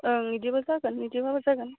ओं बिदिबा जागोन बिदिबाबो जागोन